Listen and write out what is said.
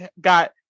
got